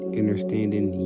understanding